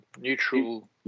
neutral